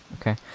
okay